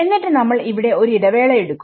എന്നിട്ട് നമ്മൾ ഇവിടെ ഒരു ഇടവേള എടുക്കും